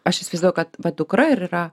aš įsivaizduoju kad va dukra ir yra